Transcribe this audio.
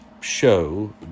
show